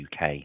UK